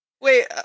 wait